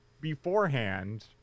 beforehand